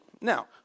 Now